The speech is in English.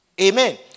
Amen